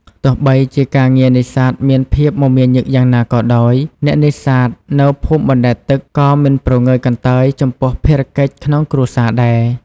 ទោះបីជាការងារនេសាទមានភាពមមាញឹកយ៉ាងណាក៏ដោយ អ្នកនេសាទនៅភូមិបណ្ដែតទឹកក៏មិនព្រងើយកន្តើយចំពោះភារកិច្ចក្នុងគ្រួសារដែរ។